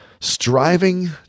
striving